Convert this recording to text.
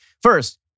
First